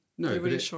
No